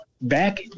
back